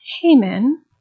Haman